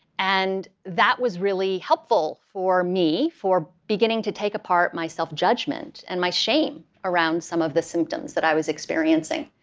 and that was really helpful for me for beginning to take apart my self-judgment and my shame around some of the symptoms that i was experiencing.